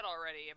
already